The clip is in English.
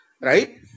right